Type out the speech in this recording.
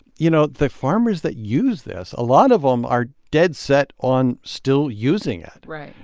you know, the farmers that use this a lot of them are dead set on still using it right.